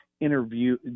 interview